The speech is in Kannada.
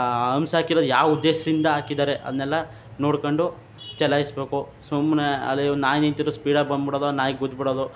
ಹಂಪ್ಸ್ ಹಾಕಿರೋದು ಯಾವ ಉದ್ದೇಶದಿಂದ ಹಾಕಿದ್ದಾರೆ ಅದನ್ನೆಲ್ಲ ನೋಡಿಕೊಂಡು ಚಲಾಯಿಸಬೇಕು ಸುಮ್ಮನೆ ಅಲ್ಲಿ ನಾಯಿ ನಿಂತಿರೋ ಸ್ಪೀಡಾಗಿ ಬಂದ್ಬಿಡೋದ ನಾಯಿಗೆ ಗುದ್ದು ಬಿಡೋದು